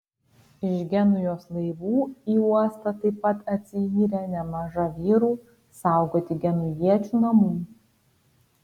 iš genujos laivų į uostą taip pat atsiyrė nemaža vyrų saugoti genujiečių namų